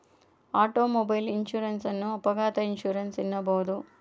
automobile insurance ಅನ್ನು ಅಪಘಾತ insurance ಎನ್ನಬಹುದು